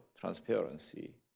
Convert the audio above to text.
transparency